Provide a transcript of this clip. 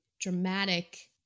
dramatic